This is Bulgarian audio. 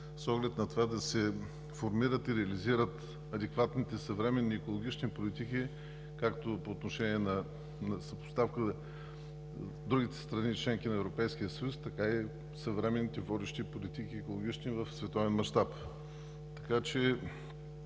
с оглед на това да се формират и реализират адекватните съвременни екологични политики както по отношение на съпоставката на другите страни – членки на Европейския съюз, така и съвременните водещи екологични политики в световен мащаб. Наистина